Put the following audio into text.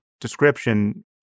description